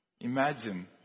imagine